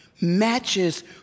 matches